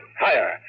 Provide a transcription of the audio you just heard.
Higher